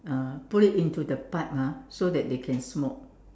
uh put it into the pipe ah so that they can smoke